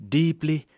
deeply